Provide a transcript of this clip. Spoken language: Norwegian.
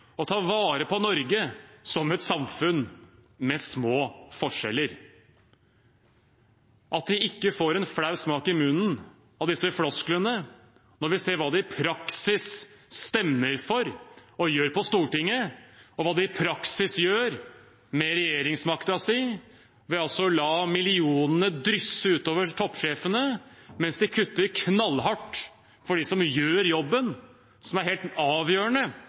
å ta vare på Norge som et samfunn med små forskjeller. At de ikke får en flau smak i munnen av disse flosklene når vi ser hva de i praksis stemmer for og gjør på Stortinget, og hva de i praksis gjør med regjeringsmakten sin ved å la millionene drysse ut over toppsjefene mens de kutter knallhardt for dem som gjør den jobben som er helt avgjørende